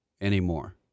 anymore